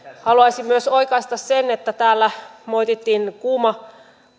haluaisin myös oikaista sen että täällä moitittiin kuuma